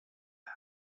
now